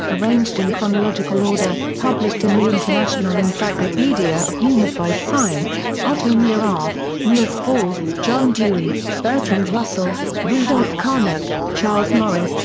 arranged in chronological order, published in the international encyclopedia of unified science otto neurath, niels bohr, john dewey, bertrand russell, rudolf carnap, charles morris,